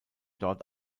dort